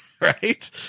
right